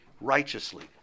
righteously